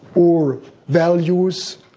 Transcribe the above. or values,